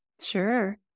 sure